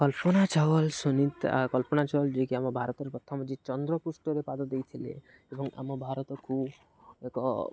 କଳ୍ପନା ଚାୱଲା ସୁନତା କଳ୍ପନା ଚାୱଲା ଯିଏକି ଆମ ଭାରତର ପ୍ରଥମ ଯେ ଚନ୍ଦ୍ରପୃଷ୍ଠରେ ପାଦ ଦେଇଥିଲେ ଏବଂ ଆମ ଭାରତକୁ ଏକ